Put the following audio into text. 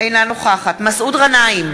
אינה נוכחת מסעוד גנאים,